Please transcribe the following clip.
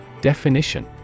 Definition